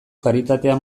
karitatea